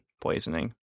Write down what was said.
poisoning